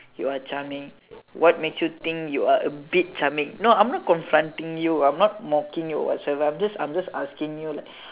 you're charming what makes you think you are a bit charming no I'm not confronting you I'm not mocking you or what so ever I'm just I'm just asking you like